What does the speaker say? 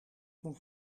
moet